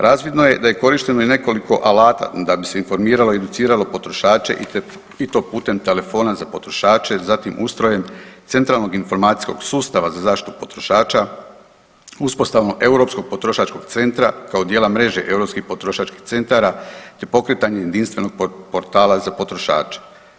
Razvidno je da je korišteno i nekoliko alata da bi se informiralo i educiralo potrošače i to putem telefona za potrošače, zatim ustrojem centralnog informacijskog sustava za zaštitu potrošača, uspostavom Europskog potrošačkog centra kao dijela mreže europskih potrošačkih centara te pokretanje jedinstvenog portala za potrošače.